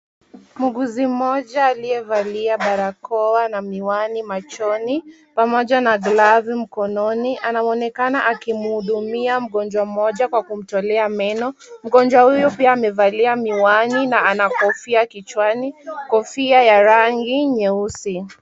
Muuguzi mmoja aliyevalia barakoa na miwani machoni pamoja na glavu mkononi anaonekana akimhudumia mgonjwa mmoja kwa kumtolea meno. Mgonjwa huyu pia amevalia miwani na ana kofia kichwani , kofia ya rangi nyeusi.